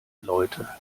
leute